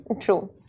True